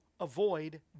avoid